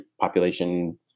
population